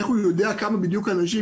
איך הוא יודע כמה אנשים בדיוק יש.